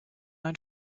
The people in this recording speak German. ein